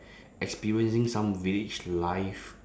experiencing some village life